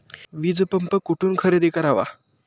वीजपंप कुठून खरेदी करावा?